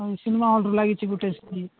cinema ହଲ୍ରେ ଲାଗିଛି ଗୋଟେ ସେଠି